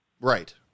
Right